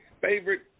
favorite